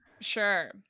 sure